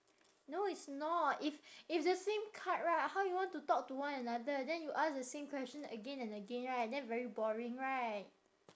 no it's not if if the same card right how you want to talk to one another then you ask the same question again and again right then very boring right